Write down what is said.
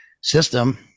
system